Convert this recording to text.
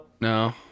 No